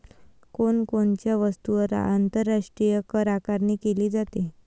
कोण कोणत्या वस्तूंवर आंतरराष्ट्रीय करआकारणी केली जाते?